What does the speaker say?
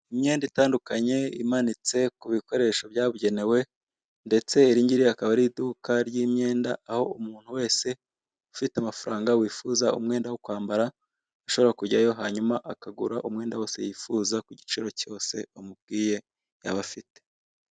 Imyenda itandukanye imanitse ku bikoresho byabugenewe, ndetse iringiri akaba ari iduka ry'imyenda aho umuntu wese ufite amafaranga wifuza umwenda wo kwambara ashobora kujyayo hanyuma akagura umwenda wose yifuza ku giciro cyose bamubwiye yaba afite.